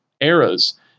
eras